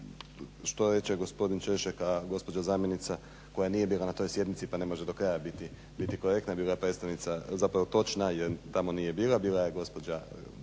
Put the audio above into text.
što reče gospodin Češek a gospođa zamjenica koja nije bila na toj sjednici pa ne može ni do kraja biti niti korektna, bila je predstavnica, zapravo točna jer tamo nije bila, bila je gospođa